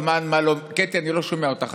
מרצים באוניברסיטה, קטי, אני לא שומע אותך.